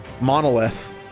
monolith